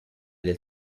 del